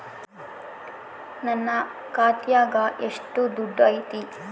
ನನ್ನ ಖಾತ್ಯಾಗ ಎಷ್ಟು ದುಡ್ಡು ಐತಿ?